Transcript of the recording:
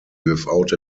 without